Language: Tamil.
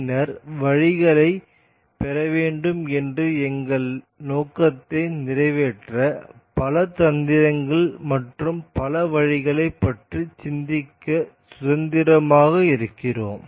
பின்னர் வரிகளை பெறவேண்டும் என்ற எங்கள் நோக்கத்தை நிறைவேற்ற பல தந்திரங்கள் மற்றும் பல வழிகளைப் பற்றி சிந்திக்க சுதந்திரமாக இருக்கிறோம்